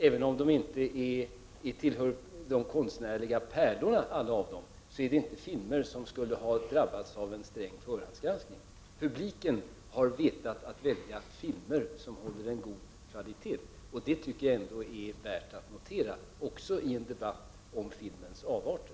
Även om inte alla de filmerna tillhör de konstnärliga pärlorna är de inte filmer som skulle ha drabbats av en sträng förhandsgranskning. Publiken har vetat att välja filmer som håller en god kvalitet. Det tycker jag ändå är värt att notera, också i en debatt om filmens avarter.